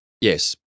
Yes